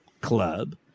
club